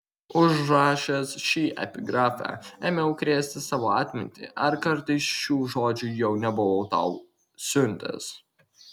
užrašęs šį epigrafą ėmiau krėsti savo atmintį ar kartais šių žodžių jau nebuvau tau siuntęs